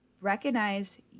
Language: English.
recognize